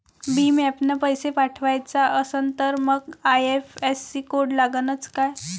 भीम ॲपनं पैसे पाठवायचा असन तर मंग आय.एफ.एस.सी कोड लागनच काय?